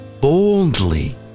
boldly